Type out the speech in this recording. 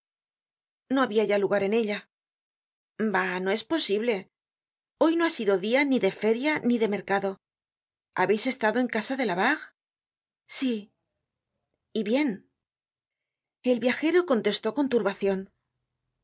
no habia lugar ya en ella bah no es posible hoy no ha sido dia ni de feria ni de mercado habeis estado en casa de labarre sí y bien el viajero contestó con turbacion